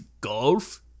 golf